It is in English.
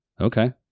Okay